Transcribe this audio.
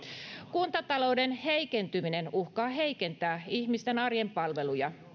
kuntatalouden heikentyminen uhkaa heikentää ihmisten arjen palveluja